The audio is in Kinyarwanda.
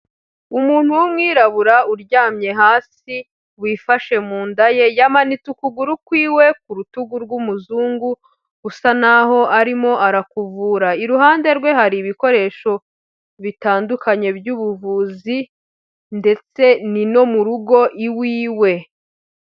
Umuntu w'umwirabura uryamye hasi wifashe mu nda ye, yamanitse ukuguru kwiwe ku rutugu rw'umuzungu usa naho arimo arakuvura. Iruhande rwe hari ibikoresho bitandukanye by'ubuvuzi ndetse ni no mu rugo iwe iwe.